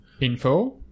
Info